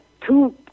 two